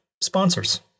sponsors